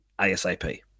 asap